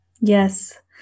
Yes